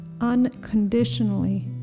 unconditionally